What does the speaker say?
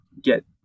get